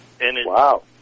Wow